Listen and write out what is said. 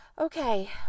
okay